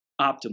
optimal